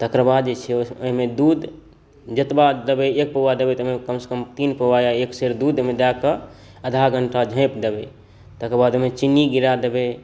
तकर बाद जे छै ओहिमे दूध जतबा देबै एक पौवा देबै तऽ कमसए कम तीन पौवा या एक सेर दूध दए कऽ आधा घन्टा झांपि देबै तकर बाद ओहिमे चिन्नी गिरा देबै